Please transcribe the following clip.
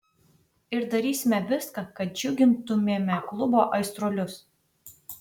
ir darysime viską kad džiugintumėme klubo aistruolius